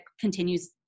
continues